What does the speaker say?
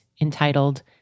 entitled